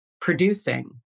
producing